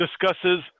discusses